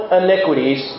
iniquities